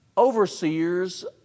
Overseers